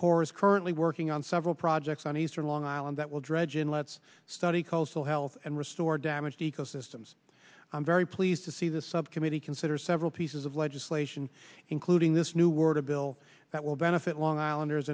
is currently working on several projects on eastern long island that will dredge in let's study coastal health and restore damaged ecosystems i'm very pleased to see this subcommittee consider several pieces of legislation including this new world a bill that will benefit long islanders